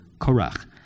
Korach